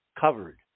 covered